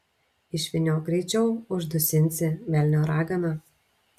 išvyniok greičiau uždusinsi velnio ragana